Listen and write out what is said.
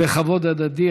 בוא נשב, נדבר.